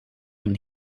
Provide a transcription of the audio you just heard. een